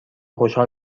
خوشحال